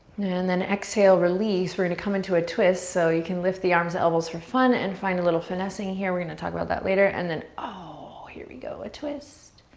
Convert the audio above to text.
and then exhale, release. we're gonna come into a twist. so you can lift the arms, elbows for fun and find a little finessing here. we're gonna talk about that later and then oh, here we go, a twist.